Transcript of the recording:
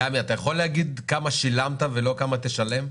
ליעמי, אתה יכול להגיד כמה שילמת ולא כמה תשלם?